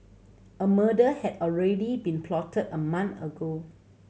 a murder had already been plotted a month ago